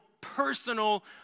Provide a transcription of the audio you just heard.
personal